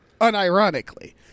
unironically